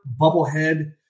bubblehead